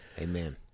Amen